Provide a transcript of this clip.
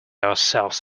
ourselves